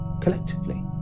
collectively